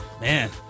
Man